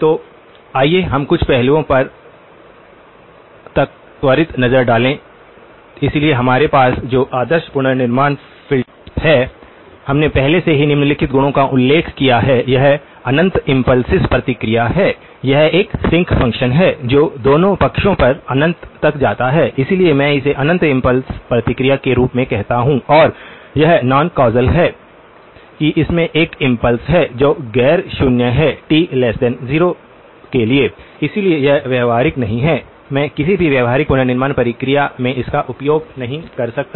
तो आइए हम कुछ पहलुओं पर एक त्वरित नज़र डालें इसलिए हमारे पास जो आदर्श पुनर्निर्माण फ़िल्टर है हमने पहले से ही निम्नलिखित गुणों का उल्लेख किया है यह अनंत इम्पल्स प्रतिक्रिया है यह एक सिंक फंक्शन है जो दोनों पक्षों पर अनंत तक जाता है इसलिए मैं इसे अनंत इम्पल्स प्रतिक्रिया के रूप में कहता हूं और यह नॉन कौसल है कि इसमें एक इम्पल्स है जो गैर शून्य है t 0 के लिए इसलिए यह व्यावहारिक नहीं है मैं किसी भी व्यावहारिक पुनर्निर्माण प्रक्रिया में इसका उपयोग नहीं कर सकता